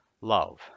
Love